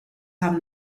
haben